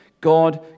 God